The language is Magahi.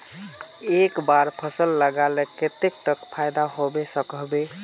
एक बार फसल लगाले कतेक तक फायदा होबे सकोहो होबे?